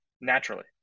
naturally